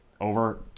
over